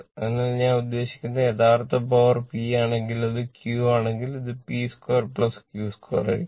അതിനാൽ ഞാൻ ഉദ്ദേശിക്കുന്നത് യഥാർത്ഥ പവർ P ആണെങ്കിൽ അത് Q ആണെങ്കിൽ ഇത് P 2 Q2 ആയിരിക്കും